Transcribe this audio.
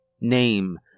name